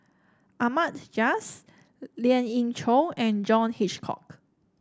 Ahmad Jais Lien Ying Chow and John Hitchcock